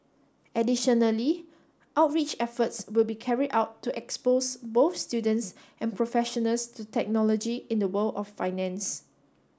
additionally outreach efforts will be carried out to expose both students and professionals to technology in the world of finance